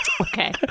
okay